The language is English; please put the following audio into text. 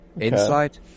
Insight